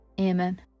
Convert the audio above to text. Amen